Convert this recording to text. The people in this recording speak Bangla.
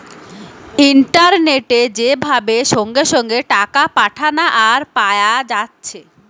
ইন্টারনেটে যে ভাবে সঙ্গে সঙ্গে টাকা পাঠানা আর পায়া যাচ্ছে